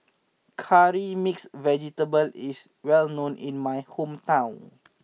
Curry Mixed Vegetable is well known in my hometown